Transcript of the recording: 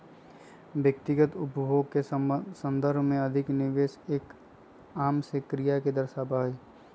व्यक्तिगत उपभोग के संदर्भ में अधिक निवेश एक आम से क्रिया के दर्शावा हई